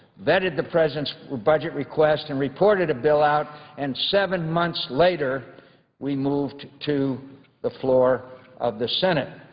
vetted the president's budget request and reported a bill out and seven months later we moved to the floor of the senate.